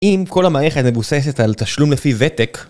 אם כל המערכת מבוססת על תשלום לפי ותק